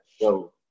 show